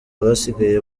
abasigaye